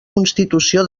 constitució